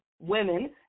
women